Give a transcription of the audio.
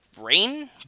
rain